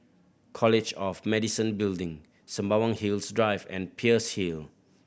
college of Medicine Building Sembawang Hills Drive and Peirce Hill